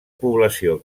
població